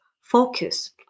focus